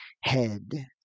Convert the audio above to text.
head